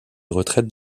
retraites